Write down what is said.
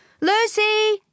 Lucy